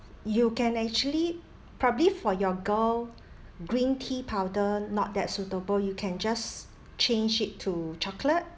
you can actually probably for your girl green tea powder not that suitable you can just change it to chocolate